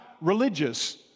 religious